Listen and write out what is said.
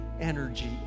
energy